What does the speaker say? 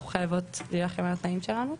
אנחנו חייבת להילחם על התנאים שלנו.